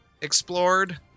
explored